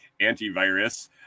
antivirus